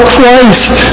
Christ